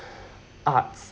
arts